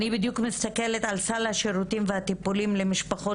אני בדיוק מסתכלת על סל השירותים והטיפולים למשפחות